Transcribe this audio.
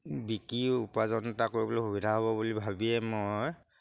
বিক্ৰীও উপাৰ্জন এটা কৰিবলৈ সুবিধা হ'ব বুলি ভাবিয়ে মই